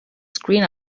screen